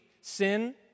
sin